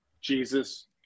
Jesus